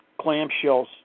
clamshells